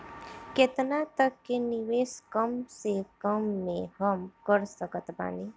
केतना तक के निवेश कम से कम मे हम कर सकत बानी?